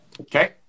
Okay